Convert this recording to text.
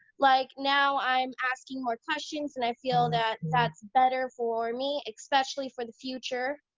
like now i'm asking more questions and i feel that that's better for me, especially for the future.